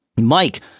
Mike